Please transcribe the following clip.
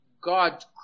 God